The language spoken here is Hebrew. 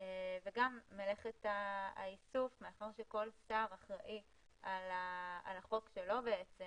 וגם מלאכת האיגום - מאחר וכל שר אחראי על החוק שלו וזה לאשר